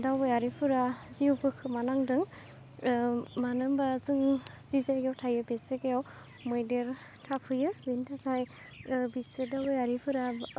दावबायारिफोरा जिउबो खोमानांदों मानो होमबा जों जि जायगायाव थायो बे जायगायाव मैदेर थाफैयो बिनि थाखाय बिसोर दावबायारिफोरा